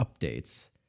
updates